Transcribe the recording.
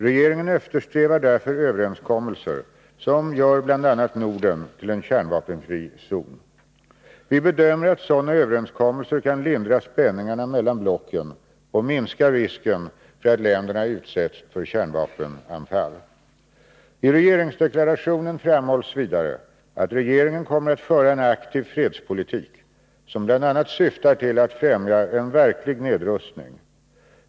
Regeringen eftersträvar därför överenskommelser som gör bl.a. Norden till en kärnvapenfri zon. Vi bedömer att sådana överenskommelser kan lindra spänningarna mellan blocken och minska risken för att länderna utsätts för kärnvapenanfall. I regeringsdeklarationen framhålls vidare att regeringen kommer att föra en aktiv fredspolitik som bl.a. syftar till att främja en verklig nedrustning.